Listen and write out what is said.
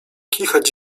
kichać